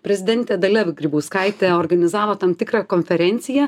prezidentė dalia grybauskaitė organizavo tam tikrą konferenciją